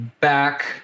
back